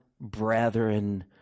brethren